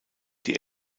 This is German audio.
die